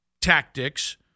tactics